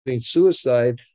suicide